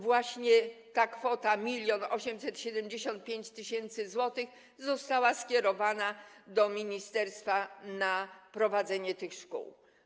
Właśnie ta kwota 1875 tys. zł została skierowana do ministerstwa z uwagi na prowadzenie tych szkół.